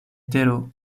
tero